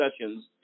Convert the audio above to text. sessions